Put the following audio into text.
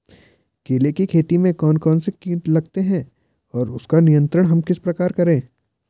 केले की खेती में कौन कौन से कीट लगते हैं और उसका नियंत्रण हम किस प्रकार करें?